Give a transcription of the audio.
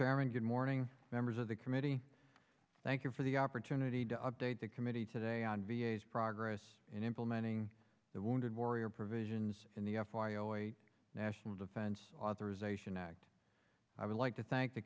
chairman good morning members of the committee thank you for the opportunity to update the committee today on v a s progress in implementing the wounded warrior provisions in the national defense authorization act i would like to thank the